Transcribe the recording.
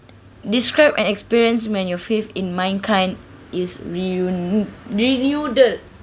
describe an experience when your faith in mankind is re~ renewed